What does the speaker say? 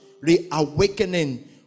reawakening